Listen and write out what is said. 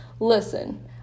Listen